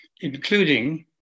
including